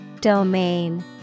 Domain